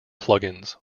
plugins